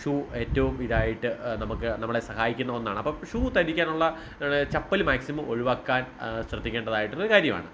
shoe ഏറ്റവും ഇതായിട്ട് നമുക്ക് നമ്മളെ സഹായിക്കുന്ന ഒന്നാണ് അപ്പം ഷൂ ധരിക്കാനുള്ള ചപ്പൽ മാക്സിമം ഒഴിവാക്കാൻ ശ്രദ്ധിക്കേണ്ടതായിട്ടുള്ള ഒരു കാര്യമാണ്